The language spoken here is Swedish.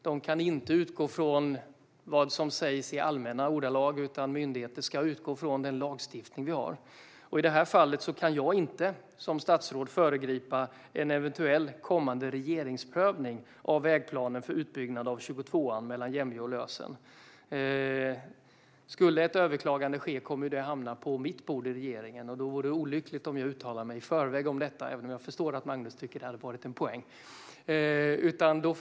De kan inte utgå från vad som sägs i allmänna ordalag, utan myndigheter ska utgå från den lagstiftning vi har. I det här fallet kan jag som statsråd inte föregripa en eventuell kommande regeringsprövning av vägplanen för utbyggnad av E22 mellan Jämjö och Lösen. Skulle ett överklagande ske kommer det att hamna på mitt bord i regeringen. Det vore olyckligt om jag uttalade mig i förväg om detta även om jag förstår att Magnus tycker att det hade varit en poäng.